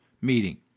meeting